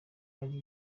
ari